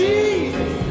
Jesus